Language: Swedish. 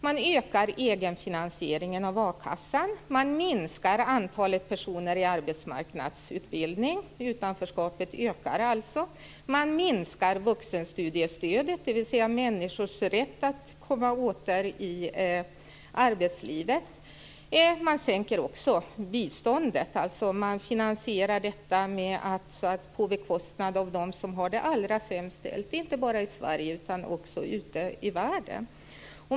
Man ökar egenfinansieringen av a-kassan. Man minskar antalet personer i arbetsmarknadsutbildning. Utanförskapet ökar alltså. Man minskar vuxenstudiestödet, dvs. människors rätt att komma åter i arbetslivet. Man sänker också biståndet. Man finansierar alltså detta på bekostnad av dem som har det allra sämst ställt inte bara i Sverige utan också ute i världen.